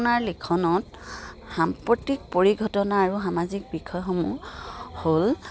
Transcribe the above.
আপোনাৰ লিখনত সাম্প্ৰতিক পৰিঘটনা আৰু সামাজিক বিষয়সমূহ হ'ল